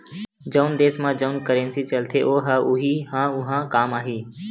जउन देस म जउन करेंसी चलथे ओ ह उहीं ह उहाँ काम आही